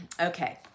Okay